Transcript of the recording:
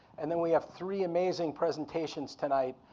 and then we have three amazing presentations tonight,